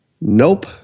nope